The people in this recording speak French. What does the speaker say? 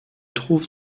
trouve